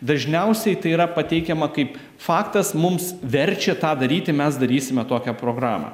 dažniausiai tai yra pateikiama kaip faktas mums verčia tą daryti mes darysime tokią programą